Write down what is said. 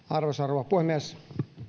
arvoisa rouva puhemies